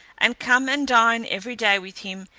and come and dine every day with him,